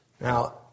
Now